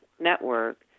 network